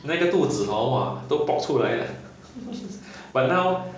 那个肚子 hor !wah! 都 pok 出来了 but now